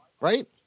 right